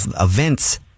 events